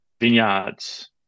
vineyards